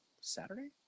Saturday